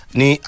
ni